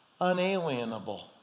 unalienable